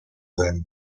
then